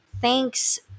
Thanks